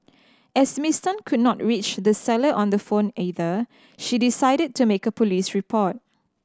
as Miss Tan could not reach the seller on the phone either she decided to make a police report